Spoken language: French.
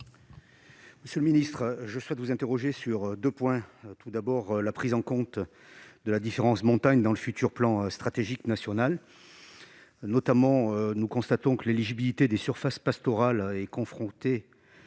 Monsieur le ministre, je souhaite vous interroger sur trois points. Tout d'abord, il y a la prise en compte de la différence « montagne » dans le futur plan stratégique national. Nous constatons que l'éligibilité des surfaces pastorales sera subordonnée